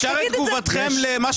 אפשר את תגובתכם למה